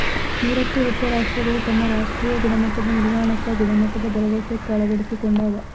ನೂರಕ್ಕೂ ಹೆಚ್ಚ ರಾಷ್ಟ್ರಗಳು ತಮ್ಮ ರಾಷ್ಟ್ರೇಯ ಗುಣಮಟ್ಟದ ನಿರ್ವಹಣಾಕ್ಕ ಗುಣಮಟ್ಟದ ಭರವಸೆಕ್ಕ ಅಳವಡಿಸಿಕೊಂಡಾವ